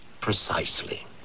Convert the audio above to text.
Precisely